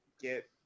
get